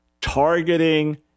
targeting